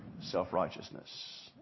self-righteousness